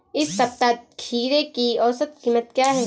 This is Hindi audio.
इस सप्ताह खीरे की औसत कीमत क्या है?